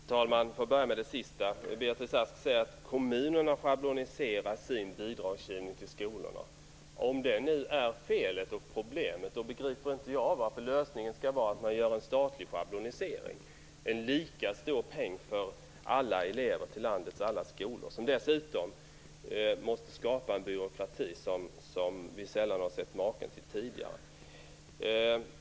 Herr talman! Jag vill börja med det sista. Beatrice Ask sade att kommunerna schabloniserar sin bidragsgivning till skolorna. Om detta är felet och problemet, begriper jag inte varför lösningen skulle vara att göra en statlig schablonisering med en lika stor peng för alla elever till landets alla skolor. Dessutom måste man skapa en byråkrati som vi sällan har sett maken till tidigare.